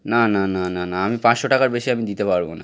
না না না না না আমি পাঁচশো টাকার বেশি আমি দিতে পারব না